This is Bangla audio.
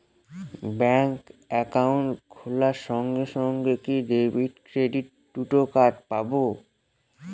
ব্যাংক অ্যাকাউন্ট খোলার সঙ্গে সঙ্গে কি ডেবিট ক্রেডিট দুটো কার্ড পাবো?